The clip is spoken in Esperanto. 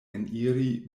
eniri